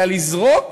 אלא לזרוק,